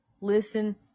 listen